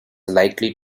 likely